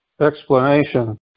explanation